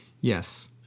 Yes